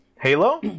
Halo